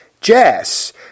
jazz